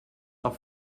are